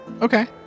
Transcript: okay